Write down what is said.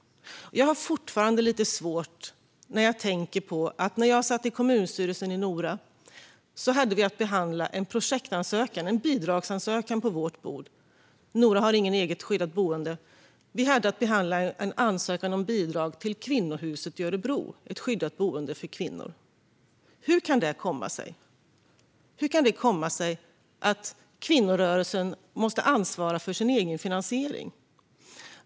När jag satt i kommunstyrelsen i Nora hade vi på vårt bord att behandla en projektansökan - en bidragsansökan. Nora har inget eget skyddat boende, men vi hade att behandla en ansökan om bidrag till kvinnohuset i Örebro. Det är ett skyddat boende för kvinnor. Hur kan det komma sig? Hur kan det komma sig att kvinnorörelsen måste ansvara för sin egen finansiering?